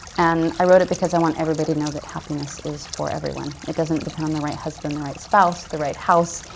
and i wrote it because i want everybody to know that happiness is for everyone. it doesn't depend on the right husband, the right spouse, the right house,